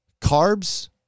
carbs